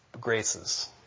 graces